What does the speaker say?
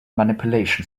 manipulation